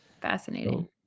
Fascinating